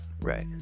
right